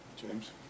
James